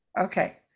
Okay